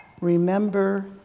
remember